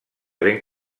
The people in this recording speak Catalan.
ben